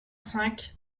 cinq